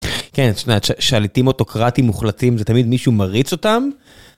כן שליטים אוטוקרטים מוחלטים זה תמיד מישהו מריץ אותם.